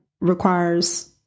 requires